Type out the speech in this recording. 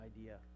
idea